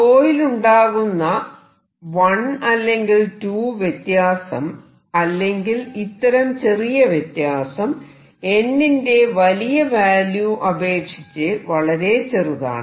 𝞃 വിലുണ്ടാകുന്ന 1 അല്ലെങ്കിൽ 2 വ്യത്യാസം അല്ലെങ്കിൽ ഇത്തരം ചെറിയ വ്യത്യാസം n ന്റെ വലിയ വാല്യൂ അപേക്ഷിച്ച് വളരെ ചെറുതാണ്